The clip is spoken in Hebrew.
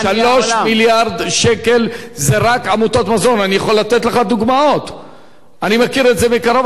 אתה יכול להאכיל את כל עניי העולם.